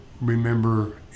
remember